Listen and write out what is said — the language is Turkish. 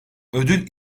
ödül